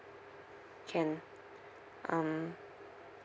can um